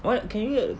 what can you